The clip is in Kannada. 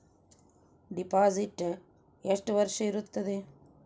ಡಿಪಾಸಿಟ್ ಎಷ್ಟು ವರ್ಷ ಇರುತ್ತದೆ?